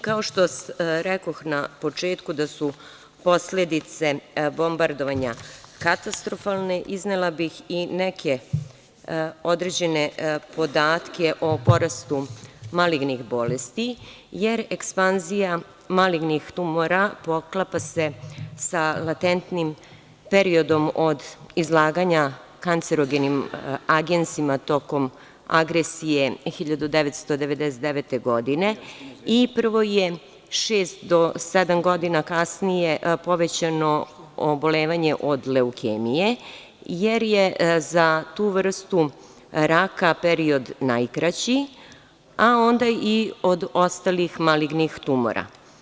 Kao što rekoh na početku da su posledice bombardovanja katastrofalne, iznela bih i neke određene podatke o porastu malignih bolesti, jer ekspanzija malignih tumora poklapa se sa latentnim periodom od izlaganja kancerogenim agensima tokom agresije 1999. godine i prvo je šest do sedam godina kasnije povećano oboljevanje od leukemije, jer je za tu vrstu raka period najkraći, a onda i od ostalih malignih tumora.